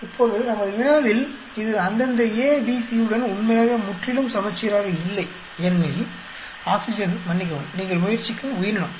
இப்போது நமது வினாவில் இது அந்தந்த A B C உடன் உண்மையாக முற்றிலும் சமச்சீராக இல்லை ஏனெனில் ஆக்ஸிஜன் மன்னிக்கவும் நீங்கள் முயற்சிக்கும் உயிரினம்